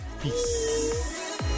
peace